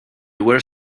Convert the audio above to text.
were